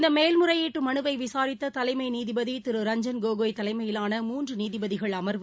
இந்தமேல்முறையீட்டுமனுவைவிசாரித்தலைமைநீதிபதிரு ரஞ்ஜன் கோகோய் தலைமையிலான மூன்றுநீதிபதிகள் அமா்வு